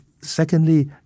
secondly